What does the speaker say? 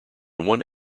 one